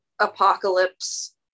apocalypse